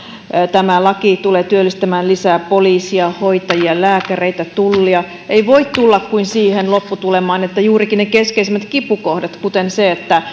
tämä laki tulee työllistämään lisää poliiseja hoitajia lääkäreitä tullia ei voi tulla kuin siihen lopputulemaan että juurikaan ne keskeisimmät kipukohdat kuten se että